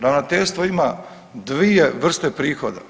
Ravnateljstvo ima 2 vrste prihoda.